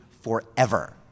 forever